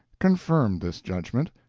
confirmed this judgment,